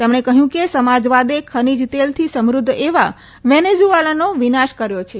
તેમણે કહ્યું કે સમાજવાદે ખનીજ તેલથી સમૃદ્ધ એવા વેનેઝુએલાનો વિનાશ કર્યો છે